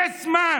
יס-מן.